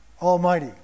almighty